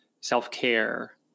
self-care